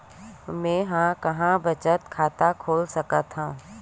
मेंहा कहां बचत खाता खोल सकथव?